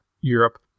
Europe